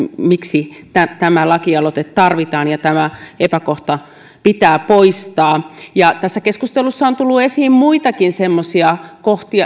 miksi tämä lakialoite tarvitaan ja tämä epäkohta pitää poistaa tässä keskustelussa on tullut esiin muitakin semmoisia